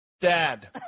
dad